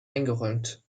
eingeräumt